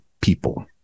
people